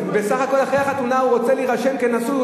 ובסך הכול אחרי החתונה הוא רוצה להירשם כנשוי,